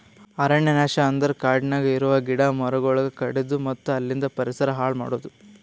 ಅರಣ್ಯ ನಾಶ ಅಂದುರ್ ಕಾಡನ್ಯಾಗ ಇರವು ಗಿಡ ಮರಗೊಳಿಗ್ ಕಡಿದು ಮತ್ತ ಅಲಿಂದ್ ಪರಿಸರ ಹಾಳ್ ಮಾಡದು